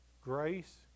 grace